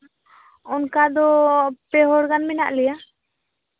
ᱚᱱᱠᱟ ᱫᱚ ᱯᱮᱦᱚᱲ ᱜᱟᱱ ᱢᱮᱱᱟᱜ ᱞᱮᱭᱟ